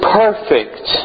perfect